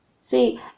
see